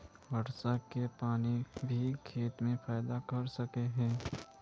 वर्षा के पानी भी ते खेत में फायदा कर सके है?